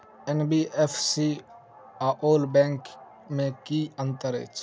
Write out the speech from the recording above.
NBFC आओर bank मे की अंतर अछि?